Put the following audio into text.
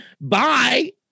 bye